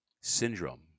syndrome